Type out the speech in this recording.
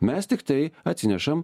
mes tiktai atsinešam